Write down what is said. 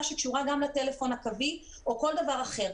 שקשורה גם לטלפון הקווי או כל דבר אחר.